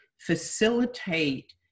Facilitate